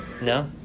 no